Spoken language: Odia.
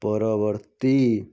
ପରବର୍ତ୍ତୀ